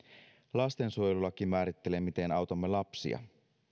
lastensuojelulaki määrittelee miten autamme lapsia